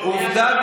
עובדה,